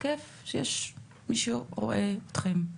כיף שיש מישהו שרואה אתכם,